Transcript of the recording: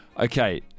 Okay